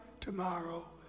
tomorrow